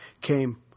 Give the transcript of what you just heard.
came